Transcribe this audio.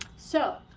so,